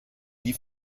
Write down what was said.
die